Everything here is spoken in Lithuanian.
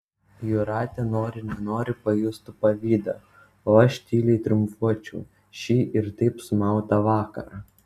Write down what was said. jūratė nori nenori pajustų pavydą o aš tyliai triumfuočiau šį ir taip sumautą vakarą